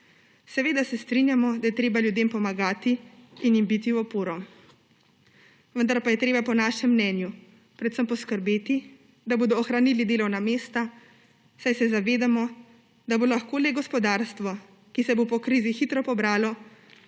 Seveda se strinjamo, da je treba ljudem pomagati in jim biti v oporo. Vendar pa je treba po našem mnenju predvsem poskrbeti, da bodo ohranili delovna mesta, saj se zavedamo, da bo lahko le gospodarstvo, ki se bo po krizi hitro pobralo,